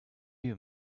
you